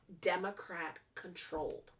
Democrat-controlled